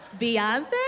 Beyonce